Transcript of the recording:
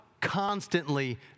constantly